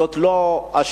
זו לא השאלה.